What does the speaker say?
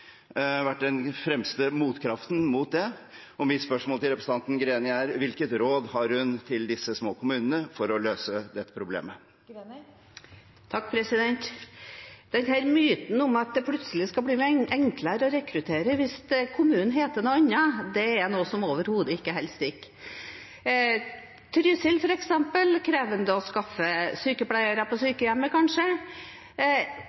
vært den fremste kraften mot det. Mitt spørsmål til representanten Greni er: Hvilket råd har hun til de små kommunene for å løse dette problemet? Myten om at det plutselig skal bli enklere å rekruttere hvis kommunen heter noe annet, er noe som overhodet ikke holder stikk. I Trysil f.eks., er det kanskje krevende å skaffe sykepleiere på